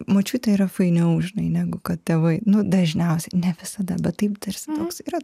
močiutė yra fainiau žinai negu kad tėvai nu dažniausiai ne visada bet taip tarsi mums yra